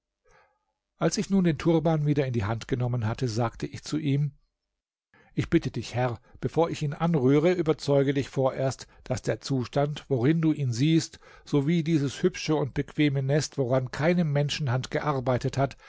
als ich nun den turban wieder in die hand genommen hatte sagte ich zu ihm ich bitte dich herr bevor ich ihn anrühre überzeuge dich vorerst daß der zustand worin du ihn siehst sowie dieses hübsche und bequeme nest woran keine menschenhand gearbeitet hat